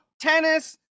tennis